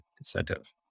incentive